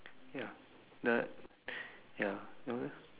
ya the ya yours eh